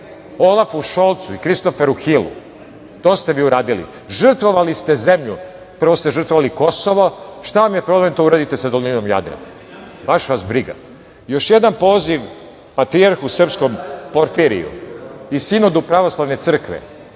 Olafu Šolcu i Kristoferu Hilu. To ste vi uradili. Žrtvovali ste zemlju. Prvo ste žrtvovali Kosovo, šta vam je problem da to uradite sa dolinom Jadra. Baš vas briga. Još jedan poziv patrijarhu srpskom Porfiriju i Sinodu Pravoslavne crkve